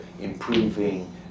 improving